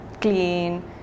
clean